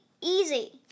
easy